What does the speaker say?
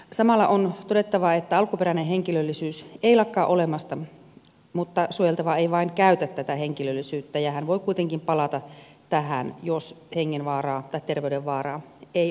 samalla on todettava että alkuperäinen henkilöllisyys ei lakkaa olemasta mutta suojeltava ei vain käytä tätä henkilöllisyyttä ja hän voi kuitenkin palata tähän jos hengenvaaraa tai terveydenvaaraa ei ole